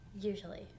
Usually